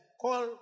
call